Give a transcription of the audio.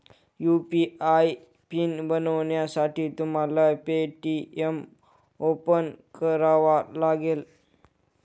UPI PIN बनवण्यासाठी तुम्हाला Paytm open करावा लागेल